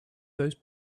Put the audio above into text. those